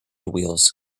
wheels